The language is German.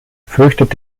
fürchtet